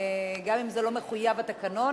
גם אם זה לא מחויב בתקנון,